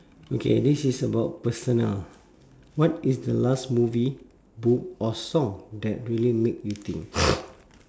okay this is about personal what is the last movie book or song that really make you think